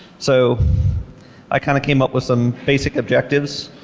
so i kind of came up with some basic objectives.